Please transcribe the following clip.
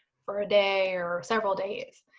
for a day or several days.